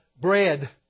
bread